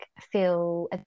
feel